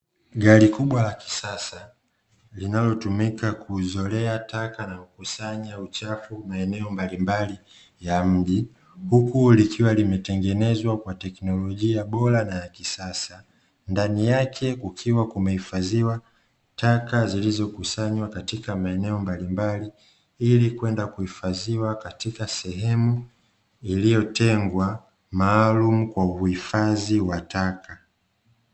Gari kubwa la kisasa linalotumika kuzolea taka na kukusanya uchafu maeneo mbalimbali ya mji, huku likiwa limetengenezwa kwa teknolojia bora na ya kisasa. Ndani yake kukiwa kumehifadhiwa taka zilizokusanywa katika maeneo mbalimbali, ili kwenda kuhifadhiwa katika sehemu iliyotengwa maalumu kwa uhifadhi wa taka.